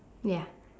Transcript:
ya